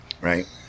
Right